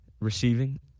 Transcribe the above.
receiving